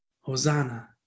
Hosanna